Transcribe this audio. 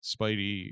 Spidey